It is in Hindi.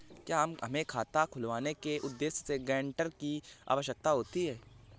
क्या हमें खाता खुलवाने के उद्देश्य से गैरेंटर की आवश्यकता होती है?